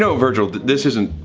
so virgil, this isn't.